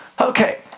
Okay